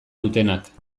dutenak